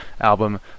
album